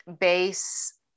base